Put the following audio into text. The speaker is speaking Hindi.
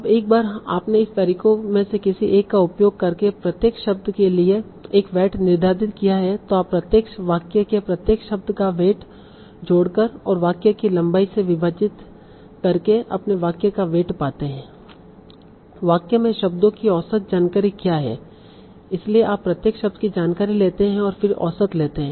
अब एक बार आपने इन तरीकों में से किसी एक का उपयोग करके प्रत्येक शब्द के लिए एक वेट निर्धारित किया है तो आप प्रत्येक वाक्य के प्रत्येक शब्द का वेट जोड़कर और वाक्य की लंबाई से विभाजित करके अपने वाक्य का वेट पाते हैं वाक्य में शब्दों की औसत जानकारी क्या है इसलिए आप प्रत्येक शब्द की जानकारी लेते हैं और फिर औसत लेते हैं